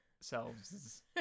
selves